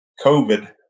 COVID